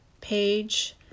page